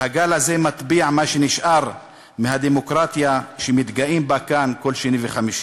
והגל הזה מטביע מה שנשאר מהדמוקרטיה שמתגאים בה כאן כל שני וחמישי.